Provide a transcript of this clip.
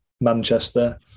Manchester